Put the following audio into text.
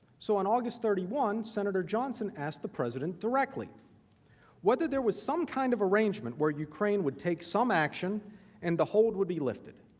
so on august thirty one, senator johnson asked the president directly whether there was some kind of arrangement where ukraine would take some action and the hold would be lifted.